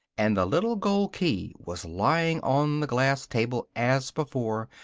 and the little gold key was lying on the glass table as before,